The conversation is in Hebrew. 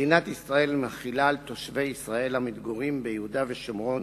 מדינת ישראל מחילה על תושבי ישראל המתגוררים ביהודה ושומרון